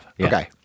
Okay